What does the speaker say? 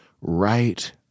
right